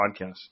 podcast